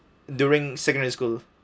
during secondary school